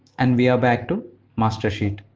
and we are back to master sheet.